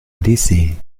odyssee